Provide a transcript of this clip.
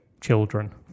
children